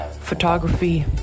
photography